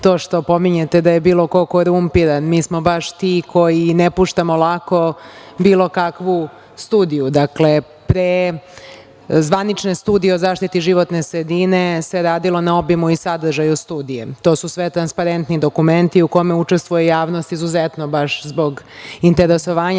to što pominjete da je bilo ko korumpiran. Mi smo baš ti koji ne puštamo lako bilo kakvu studiju. Dakle, pre zvanične studije o zaštiti životne sredine, se radilo na obimu i sadržaju studije. To su sve transparentni dokumenti u kojima učestvuje javnost izuzetno baš zbog interesovanja